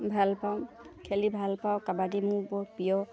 ভাল পাওঁ খেলি ভাল পাওঁ কাবাডী মোৰ বৰ প্ৰিয়